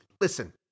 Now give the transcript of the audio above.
listen